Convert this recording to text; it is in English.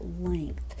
length